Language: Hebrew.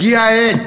הגיעה העת